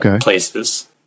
places